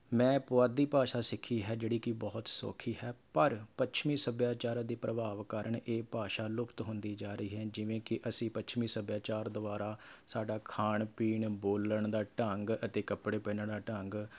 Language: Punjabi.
ਮੈਂ ਪੁਆਧੀ ਭਾਸ਼ਾ ਸਿੱਖੀ ਹੈ ਜਿਹੜੀ ਕਿ ਬਹੁਤ ਸੌਖੀ ਹੈ ਪਰ ਪੱਛਮੀ ਸੱਭਿਆਚਾਰਾਂ ਦੇ ਪ੍ਰਭਾਵ ਕਾਰਨ ਇਹ ਭਾਸ਼ਾ ਲੁਪਤ ਹੁੰਦੀ ਜਾ ਰਹੀ ਹੈ ਜਿਵੇਂ ਕਿ ਅਸੀਂ ਪੱਛਮੀ ਸੱਭਿਆਚਾਰ ਦੁਆਰਾ ਸਾਡਾ ਖਾਣ ਪੀਣ ਬੋਲਣ ਦਾ ਢੰਗ ਅਤੇ ਕੱਪੜੇ ਪਹਿਨਣ ਦਾ ਢੰਗ